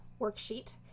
worksheet